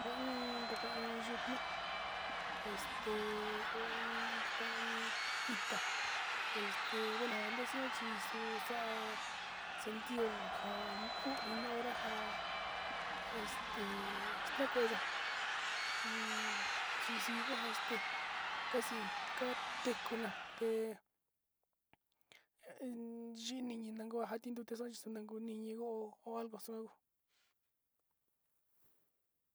Ja in ntaka yutnu ntaka in ita ja nte´e saaña chi sa´a o nta´a uvi na´a nu jenteo in nta´a o sa´a kuasuyo in ntoka yutnu kui saku ja suni too suja yika.